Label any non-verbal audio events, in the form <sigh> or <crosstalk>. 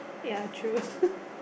ya true <laughs>